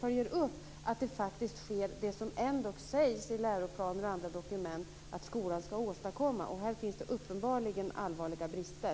Det är viktigt att man följer upp att det faktiskt sker som ändock sägs i läroplaner och andra dokument att skolan ska åstadkomma. Här finns det uppenbarligen allvarliga brister.